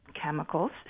chemicals